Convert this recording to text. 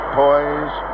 poise